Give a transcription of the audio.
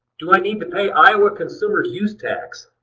do i need to pay iowa consumer's use tax?